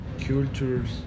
cultures